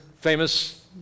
famous